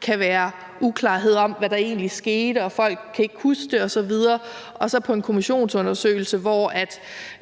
kan være uklarhed om, hvad der egentlig skete og folk ikke kan huske det, og så en kommissionsundersøgelse, hvor